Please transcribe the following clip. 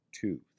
Two